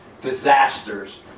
disasters